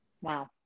Wow